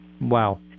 Wow